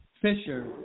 Fisher